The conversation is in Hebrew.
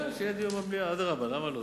כן, שיהיה דיון במליאה, אדרבה, למה לא?